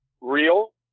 real